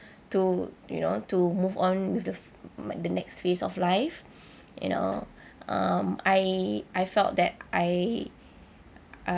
to you know to move on to the the next phase of life you know um I I felt that I